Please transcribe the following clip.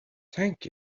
thank